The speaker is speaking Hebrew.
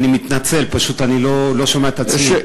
אני מתנצל, אני פשוט לא שומע את עצמי.